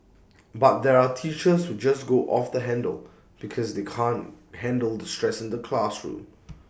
but there are teachers who just go off the handle because they can't handle the stress in the classroom